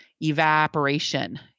evaporation